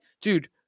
dude